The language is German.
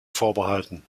vorbehalten